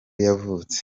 yavutse